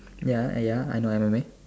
ya ah ya I know M_M_A